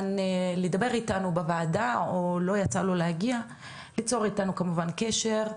לדבר איתנו בוועדה או לא יצא לו להגיע ליצור איתנו כמובן קשר,